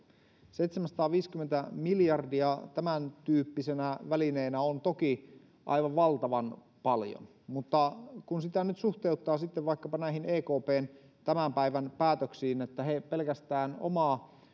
seitsemänsataaviisikymmentä miljardia tämäntyyppisenä välineenä on toki aivan valtavan paljon mutta entä kun sitä suhteuttaa sitten vaikkapa näihin ekpn tämän päivän päätöksiin että he lisäävät pelkästään omaa